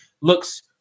looks